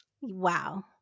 wow